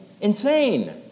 insane